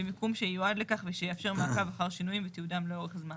במיקום שיועד לכך ושיאפשר מעקב אחר שינויים ותיעודם לאורך זמן.